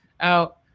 out